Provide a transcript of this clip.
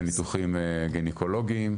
וניתוחים גניקולוגיים,